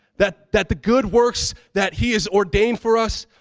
that that the good works that he has ordained for us,